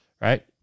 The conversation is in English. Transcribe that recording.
right